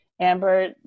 Amber